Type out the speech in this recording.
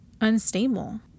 unstable